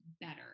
better